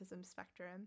spectrum